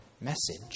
message